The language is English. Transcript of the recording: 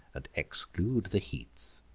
and exclude the heats.